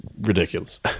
ridiculous